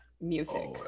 music